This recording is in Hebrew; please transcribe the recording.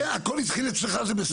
כן, הכול התחיל אצלך, זה בסדר.